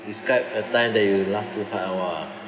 describe a time that you laugh too hard !wah!